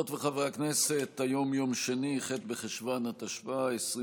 דברי הכנסת ג / מושב שני / ישיבות צ"א צ"ד / ח' י"א בחשוון התשפ"א / 26